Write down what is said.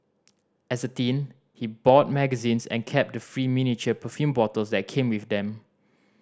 as a teen he bought magazines and kept the free miniature perfume bottles that came with them